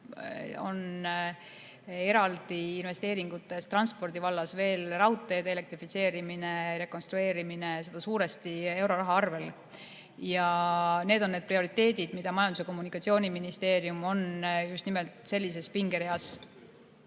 Eraldi investeeringutest transpordivallas on veel raudtee elektrifitseerimine, rekonstrueerimine, seda suuresti euroraha abil. Need on prioriteedid, mis Majandus‑ ja Kommunikatsiooniministeerium on just nimelt sellises pingereas